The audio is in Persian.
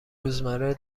روزمره